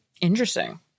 Interesting